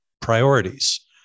priorities